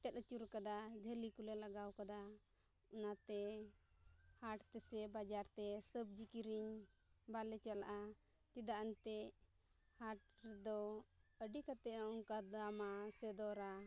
ᱮᱴᱮᱫ ᱟᱹᱪᱩᱨ ᱟᱠᱟᱫᱟ ᱡᱷᱟᱹᱞᱤ ᱠᱚᱞᱮ ᱞᱟᱜᱟᱣ ᱟᱠᱟᱫᱟ ᱚᱱᱟᱛᱮ ᱦᱟᱴ ᱛᱮᱥᱮ ᱵᱟᱡᱟᱨᱛᱮ ᱥᱚᱵᱽᱡᱤ ᱠᱤᱨᱤᱧ ᱵᱟᱞᱮ ᱪᱟᱞᱟᱜᱼᱟ ᱪᱮᱫᱟᱜ ᱮᱱᱛᱮᱫ ᱦᱟᱴ ᱨᱮᱫᱚ ᱟᱹᱰᱤ ᱠᱟᱛᱮᱫ ᱚᱱᱠᱟ ᱫᱟᱢᱟ ᱥᱮ ᱫᱚᱨᱟ